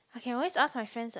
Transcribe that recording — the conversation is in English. I can always ask my friends [what]